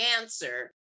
answer